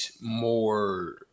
more